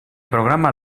programa